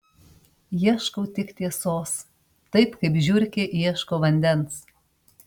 ieškau tik tiesos taip kaip žiurkė ieško vandens